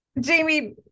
jamie